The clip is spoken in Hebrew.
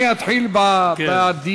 אני אתחיל בדיון.